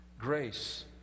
grace